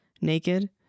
naked